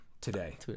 today